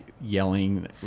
yelling